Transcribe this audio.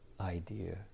idea